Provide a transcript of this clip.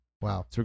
Wow